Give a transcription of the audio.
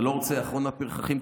אתה לא רוצה "אחרון הפרחחים"?